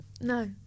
no